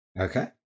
Okay